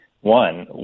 One